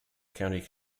county